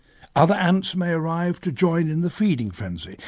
other ants may arrive to join in the feeding frenzy,